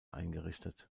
eingerichtet